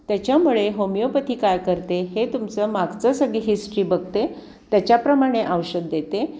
त्याच्यामुळे होमिओपॅथी काय करते हे तुमचं मागचं सगळी हिस्ट्री बघते त्याच्याप्रमाणे औषध देते